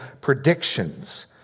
predictions